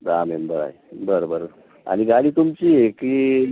दहा मेंबर आहे बरं बरं आणि गाडी तुमची की